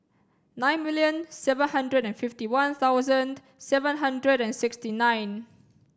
nine million seven hundred and fifty one thousand seven hundred and sixty nine